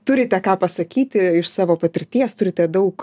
turite ką pasakyti iš savo patirties turite daug